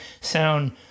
sound